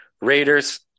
Raiders